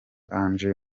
ange